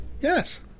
Yes